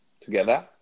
together